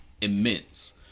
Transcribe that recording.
immense